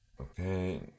Okay